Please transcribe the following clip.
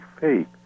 faith